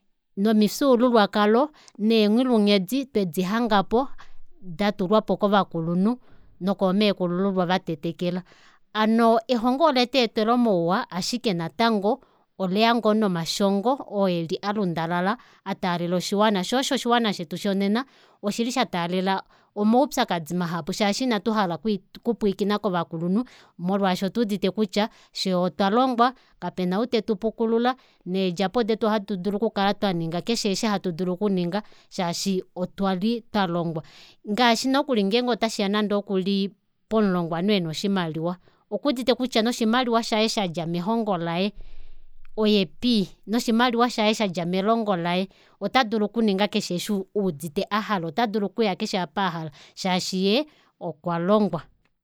Nomifyuululwakalo neenghulunghedi twedihangapo datulwapo kovakulunhu nokomeekulululwa vatetekela hano elongo oletweetela omauwa ashike natango oleya ngoo nomashongo oo eli alundulala ataalela oshiwana shoo osho oshiwana shetu shonena oshili sha taalela omaupyakadi mahapu shaashi inashi ina tuhala okupwilikina kovakulunhu molwaasho otuudite kutya fyee otwalongwa kapena oo tetupukulula needjapo detu ohatu dulu okukala twaninga keshe osho hatu dulu okuninga shaashi otuli twalongwa ngaashi nokuli ngenge otashiya nokuli pomulongwanhu ena oshimaliwa okuudite kutya noshimaliwa shaye shadja melongo laye oye pii noshimaliwa shaye shadja melongo laye ota dulu okuninga keshe osho eudite ahala otadulu okuya keshe opo ahala shaashi yee okwalongwa